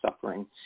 suffering